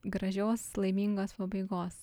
gražios laimingos pabaigos